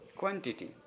quantity